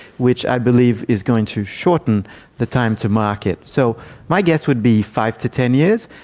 which i believe is going to shorten the time to market. so my guess would be five to ten years,